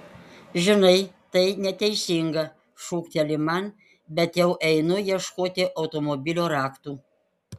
žinai tai neteisinga šūkteli man bet jau einu ieškoti automobilio raktų